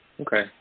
Okay